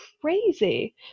crazy